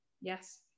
Yes